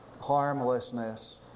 harmlessness